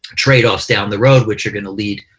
tradeoffs down the road which are going to lead